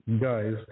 guys